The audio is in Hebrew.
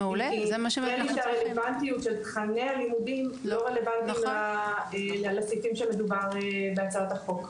כי תכני הלימודים לא רלוונטיים לסעיפים שמדובר בהצעת החוק.